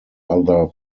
other